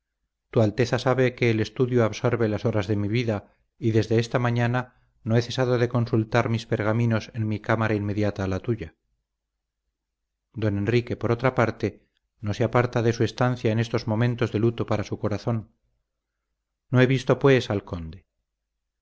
tu alteza sabe que el estudio absorbe las horas de mi vida y desde esta mañana no he cesado de consultar mis pergaminos en mi cámara inmediata a la tuya don enrique por otra parte no se aparta de su estancia en estos momentos de luto para su corazón no he visto pues al conde